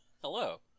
Hello